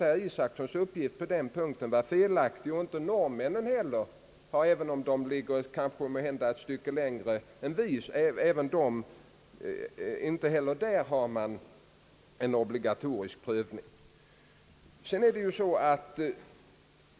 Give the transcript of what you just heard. På den punkten måste alltså herr Isacsons uppgift vara felaktig. Inte heller norrmännen även om de kanske kommit ett stycke längre än vi — har en obligatorisk prövning.